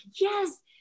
yes